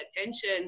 attention